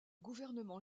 gouvernement